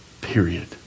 Period